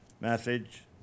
message